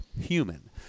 human